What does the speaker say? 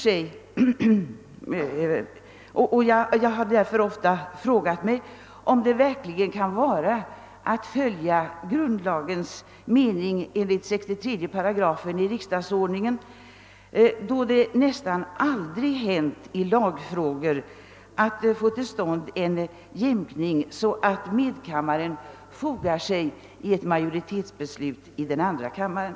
Jag har ofta frågat mig om det verkligen kan vara att följa grundlagens mening, enligt 63 8 riksdagsordningen, då det nästan aldrig hänt i lagfrågor att man fått en jämkning till stånd på så sätt att medkammaren fogat sig i ett majoritetsbeslut av andra kammaren.